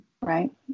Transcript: Right